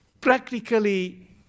Practically